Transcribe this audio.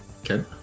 Okay